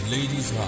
Ladies